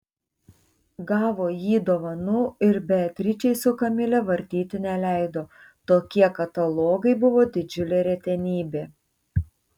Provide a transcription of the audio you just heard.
gavo jį dovanų ir beatričei su kamile vartyti neleido tokie katalogai buvo didžiulė retenybė